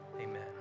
amen